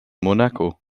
monaco